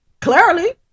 clearly